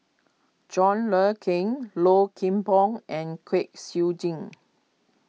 John Le Cain Low Kim Pong and Kwek Siew Jin